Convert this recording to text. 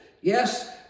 yes